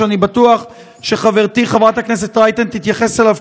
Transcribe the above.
ואני בטוח שחברתי חברת הכנסת רייטן תתייחס אליו,